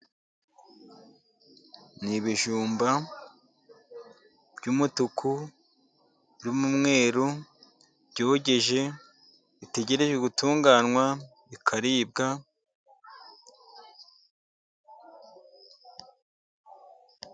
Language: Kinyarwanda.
Ni ibijumba by'umutu n'umweru, byogeje bitegereje gutunganywa bikaribwa.